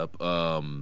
up